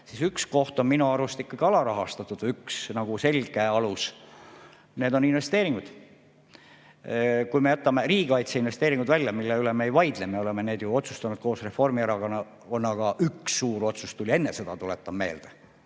Aga üks koht on minu arust ikkagi alarahastatud, üks selge alus, ja need on investeeringud. Jätame riigikaitseinvesteeringud välja, mille üle me ei vaidle, me oleme need ju otsustanud koos Reformierakonnaga. Üks suur otsus tuli enne sõda, tuletan meelde,